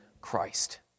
Christ